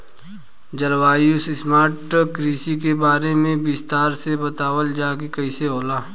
जलवायु स्मार्ट कृषि के बारे में विस्तार से बतावल जाकि कइसे होला?